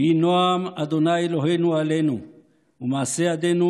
"ויהי נעם ה' אלהינו עלינו ומעשה ידינו